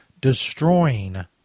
destroying